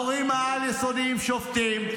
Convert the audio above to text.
המורים העל-יסודיים שובתים,